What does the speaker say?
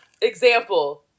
Example